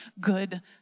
good